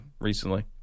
recently